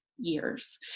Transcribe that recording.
years